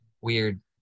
weird